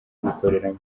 gukoreramo